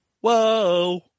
whoa